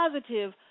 positive